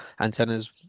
antennas